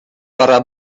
бара